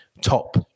top